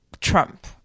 Trump